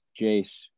Jace